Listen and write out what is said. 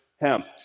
hemp